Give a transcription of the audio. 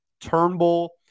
Turnbull-